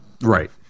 Right